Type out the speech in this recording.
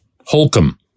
Holcomb